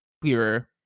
clearer